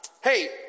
Hey